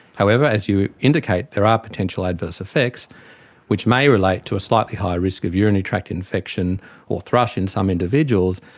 however, as you indicate, there are potential adverse effect which may relate to a slightly higher risk of urinary tract infection or thrush in some individuals,